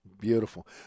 Beautiful